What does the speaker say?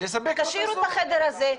תשאירו את החדר הזה,